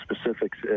specifics